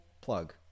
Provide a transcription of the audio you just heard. plug